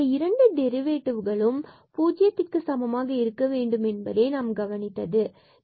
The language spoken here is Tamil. இந்த இரண்டு டெரிவேட்டிவ்களும் பூஜ்ஜியமாக இருக்க வேண்டும் என்பதே நாம் கவனித்தது ஆகும்